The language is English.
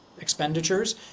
expenditures